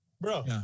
Bro